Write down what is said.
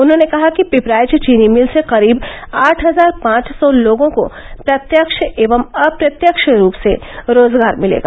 उन्होंने कहा कि पिपराइच चीनी मिल से करीब आठ हजार पांच सौ लोगों को प्रत्यक्ष एवं अप्रत्यक्ष रूप से रोजगार मिलेगा